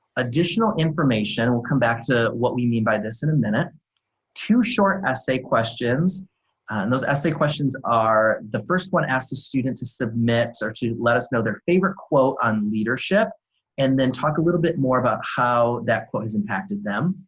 additional information we'll come back to what we mean by this in a minute two short essay questions, and those essay questions are, the first one asks the student to submit or to let us know their favorite quote on leadership and then talk a little bit more about how that quote has impacted them.